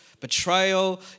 Betrayal